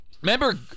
Remember